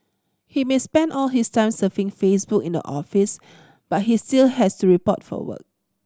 he may spend all his time surfing Facebook to in the office but he still has to report for work